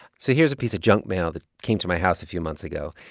so here's a piece of junk mail that came to my house a few months ago.